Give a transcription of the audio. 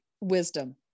wisdom